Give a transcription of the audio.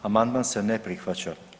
Amandman se ne prihvaća.